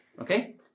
Okay